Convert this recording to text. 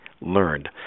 learned